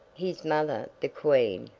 his mother, the queen,